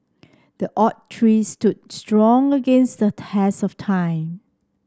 the oak tree stood strong against the test of time